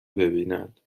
ببینند